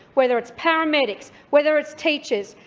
whether it's paramedics, whether it's teachers.